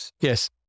Yes